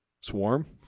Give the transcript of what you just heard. Swarm